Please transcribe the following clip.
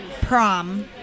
prom